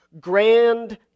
grand